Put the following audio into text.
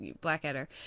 Blackadder